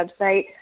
website